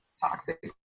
toxic